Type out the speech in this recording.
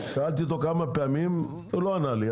שאלתי אותו כמה פעמים והוא לא ענה לי.